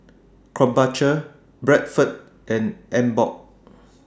Krombacher Bradford and Emborg